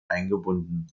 eingebunden